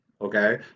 okay